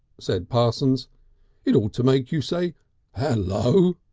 said parsons it ought to make you say el-lo!